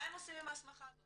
מה הם עושים עם ההסמכה הזאת,